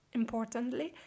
importantly